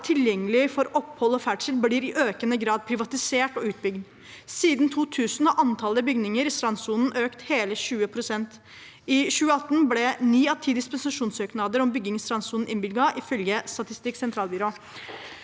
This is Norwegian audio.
tilgjengelig for opphold og ferdsel, blir i økende grad privatisert og utbygd. Siden 2000 har antallet bygninger i strandsonen økt med hele 20 pst. I 2018 ble ni av ti disposisjonssøknader om bygging i strandsonen innvilget, ifølge Statistisk Sentralbyrå.